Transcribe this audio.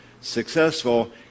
successful